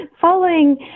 following